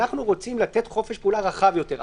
אנחנו רוצים לתת חופש פעולה רחב יותר.